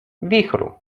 wichru